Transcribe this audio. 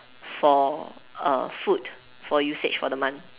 for uh food for usage for the month